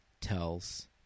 tells